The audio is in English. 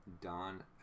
Don